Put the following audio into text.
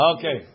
Okay